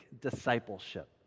discipleship